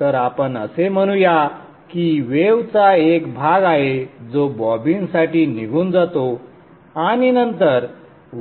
तर आपण असे म्हणू या की वेव चा एक भाग आहे जो बॉबिनसाठी निघून जातो आणि नंतर